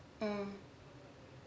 mm